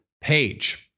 page